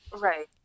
Right